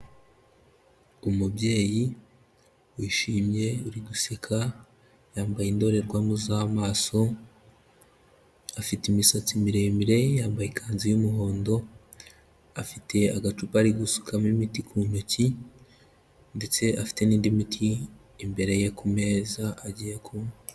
Umubyeyi wishimye uri guseka, yambaye indorerwamo z'amaso, afite imisatsi miremire, yambaye ikanzu y'umuhondo, afite agacupa ari gusukamo imiti ku ntoki ndetse afite n'indi miti imbere ye ku meza agiye kunywa.